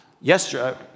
yesterday